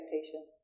expectation